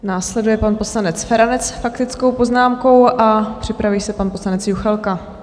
Následuje pan poslanec Feranec s faktickou poznámkou a připraví se pan poslanec Juchelka.